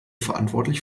verantwortlich